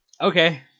Okay